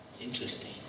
Interesting